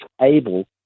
able